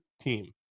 team